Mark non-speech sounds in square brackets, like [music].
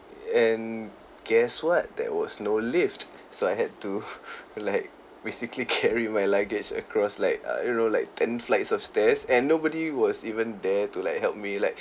and guess what there was no lift so I had to [laughs] like basically carry [laughs] my luggage across like I don't know like ten flights of stairs and nobody was even there to like help me like